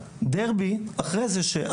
דרבי אחרי זה,